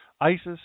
ISIS